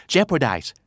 Jeopardize